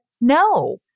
no